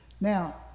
Now